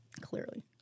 Clearly